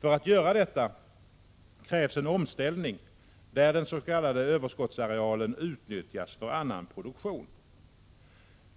För att göra detta krävs en omställning, där den s.k. överskottsarealen utnyttjas för annan produktion.